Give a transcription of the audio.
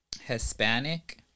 Hispanic